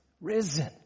risen